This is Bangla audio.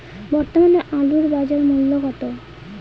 বর্তমানে আলুর বাজার মূল্য কত?